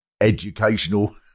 educational